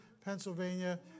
Pennsylvania